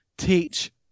Teach